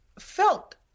felt